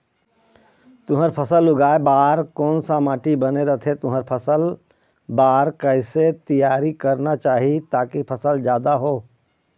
तुंहर फसल उगाए बार कोन सा माटी बने रथे तुंहर फसल बार कैसे तियारी करना चाही ताकि फसल जादा हो?